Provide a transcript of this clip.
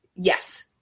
Yes